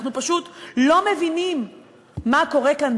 אנחנו פשוט לא מבינים מה קורה כאן,